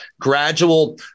gradual